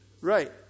Right